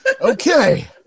Okay